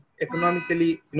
economically